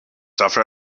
dafür